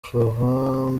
florent